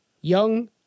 Young